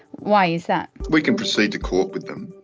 why is that? we can proceed to court with them,